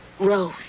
Rose